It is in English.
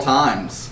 times